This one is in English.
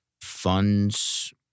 funds